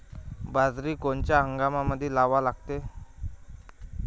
बाजरी कोनच्या हंगामामंदी लावा लागते?